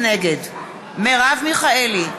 נגד מרב מיכאלי,